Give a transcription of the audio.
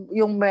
yung